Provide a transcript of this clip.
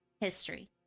history